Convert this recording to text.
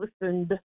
listened